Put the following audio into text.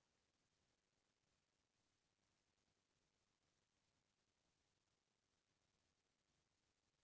गाय भईंसी मन ल राखना हे त ओकर लाइक बड़का जघा लागबे करही